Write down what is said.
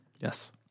Yes